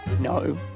No